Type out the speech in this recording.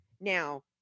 now